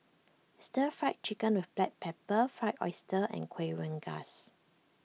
Stir Fried Chicken with Black Pepper Fried Oyster and Kuih Rengas